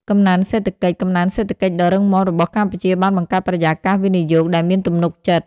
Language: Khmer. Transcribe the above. កំណើនសេដ្ឋកិច្ច កំណើនសេដ្ឋកិច្ចដ៏រឹងមាំរបស់កម្ពុជាបានបង្កើតបរិយាកាសវិនិយោគដែលមានទំនុកចិត្ត។